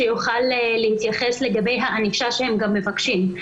שיוכל להתייחס לגבי הענישה שהם מבקשים.